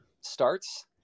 starts